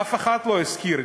אף אחד לא הזכיר.